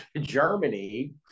germany